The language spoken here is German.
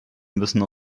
müssen